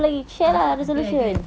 ah ada ada